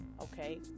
okay